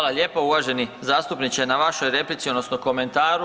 Hvala lijepo uvaženi zastupniče na vašoj replici odnosno komentaru.